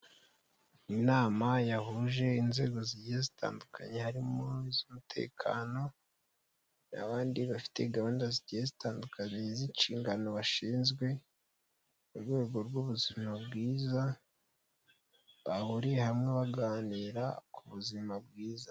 Inama yahuje inzego zigiye zitandukanye harimo iz'umutekano abandi bafite gahunda zigiye zitandukanye z'inshingano bashinzwe, mu rwego rw'ubuzima bwiza bahuriye hamwe baganira ku buzima bwiza.